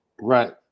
Right